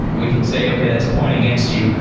we can say, okay. that's a point against you.